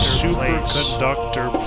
superconductor